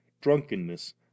drunkenness